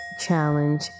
challenge